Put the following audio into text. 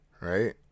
Right